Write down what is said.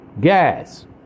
Gas